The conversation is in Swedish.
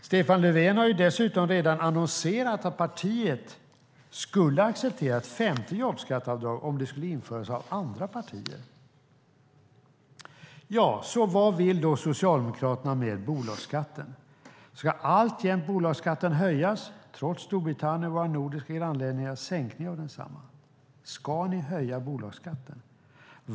Stefan Löfven har dessutom redan annonserat att partiet skulle acceptera ett femte jobbskatteavdrag om det skulle införas av andra partier. Vad vill alltså Socialdemokraterna med bolagsskatten? Ska bolagsskatten alltjämt höjas, trots Storbritanniens och våra nordiska grannländers sänkning av densamma? Ska ni höja bolagsskatten?